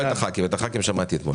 לא את הח"כים אותם שמעתי אתמול.